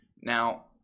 now